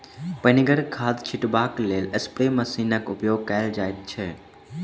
पनिगर खाद छीटबाक लेल स्प्रे मशीनक उपयोग कयल जाइत छै